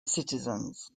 citizens